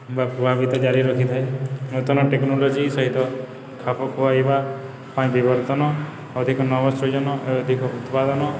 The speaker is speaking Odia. ବା ପ୍ରଭାବିତ ଜାରି ରଖିଥାଏ ନୂତନ ଟେକ୍ନୋଲୋଜି ସହିତ ଖାପଖୁଆଇବା ପାଇଁ ବିବର୍ତ୍ତନ ଅଧିକ ନବସୃଜନ ଅଧିକ ଉତ୍ପାଦନ